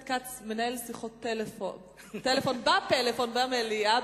כץ מנהל שיחות טלפון בפלאפון במליאה,